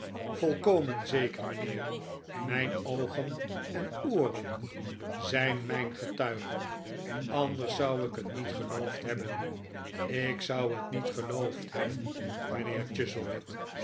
volkomen zeker mijnheer mijn oogen en ooren zijn mijn getuigen anders zou ik het niet geloofd hebben ik zou het niet geloofd hebben mijnheer